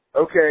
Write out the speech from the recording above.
okay